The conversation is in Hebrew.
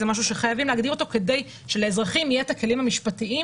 זה משהו שחייבים להגדיר אותו כדי שלאזרחים יהיו הכלים המשפטיים